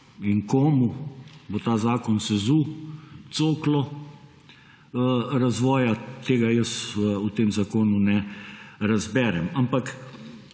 in komu bo ta zakon sezul coklo razvoja, tega jaz v tem zakonu ne razberem. Ampak